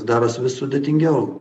darosi vis sudėtingiau